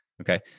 Okay